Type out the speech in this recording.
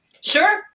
Sure